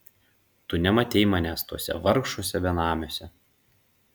tu nematei manęs tuose vargšuose benamiuose